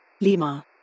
Lima